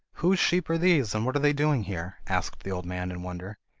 whose sheep are these, and what are they doing here asked the old man in wonder,